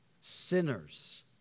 Sinners